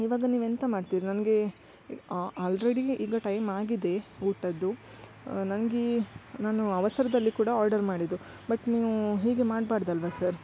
ಇವಾಗ ನೀವೆಂತ ಮಾಡ್ತಿರಿ ನನಗೆ ಆಲ್ರೆಡಿ ಈಗ ಟೈಮ್ ಆಗಿದೆ ಊಟದ್ದು ನನಗೀ ನಾನು ಅವಸರದಲ್ಲಿ ಕೂಡ ಆರ್ಡರ್ ಮಾಡಿದ್ದು ಬಟ್ ನೀವು ಹೀಗೆ ಮಾಡಬಾರ್ದಲ್ವಾ ಸರ್